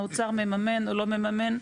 האוצר מממן או לא מממן,